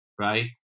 right